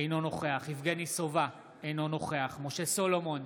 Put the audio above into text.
אינו נוכח יבגני סובה, אינו נוכח משה סולומון,